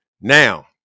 Now